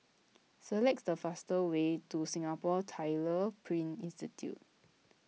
select the fastest way to Singapore Tyler Print Institute